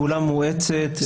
-- פעולה מואצת,